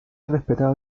respetado